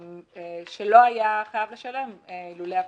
שלא היה חייב לשלם לולא הפטירה".